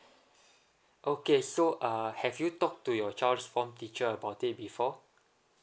okay so uh have you talked to your child's form teacher about it before